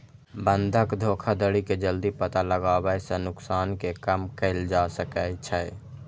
बंधक धोखाधड़ी के जल्दी पता लगाबै सं नुकसान कें कम कैल जा सकै छै